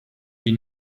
die